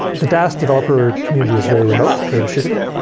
the dask developer community is very remote, very distributed.